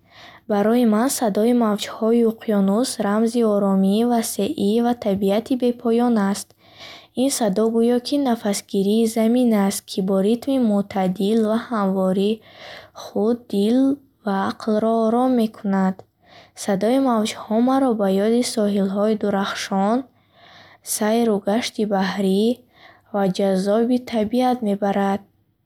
Барои ман садои мавҷҳои уқёнус рамзи оромӣ, васеъӣ ва табиати бепоён аст. Ин садо гӯё ки нафасгирии замин аст, ки бо ритми мӯътадил ва ҳамвори худ дил ва ақлро ором мекунад. Садои мавҷҳо маро ба ёди соҳилҳои дурахшон, сайру гашти баҳрӣ ва ҷаззоби табиат мебарад.